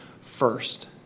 first